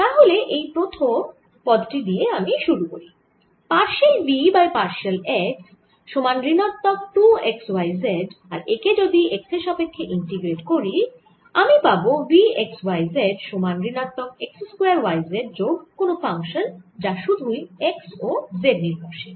তাহলে আমি এই প্রথম পদ টি দিয়ে শুরু করি partial v by partial x সমান ঋণাত্মক 2 x y z আর একে যদি x এর সাপেক্ষ্যে ইন্টিগ্রেট করি আমি পাবো v x y z সমান ঋণাত্মক x স্কয়ার y z যোগ কোন ফাংশান যা সুধুই y ও z নির্ভরশীল